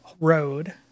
Road